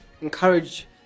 encourage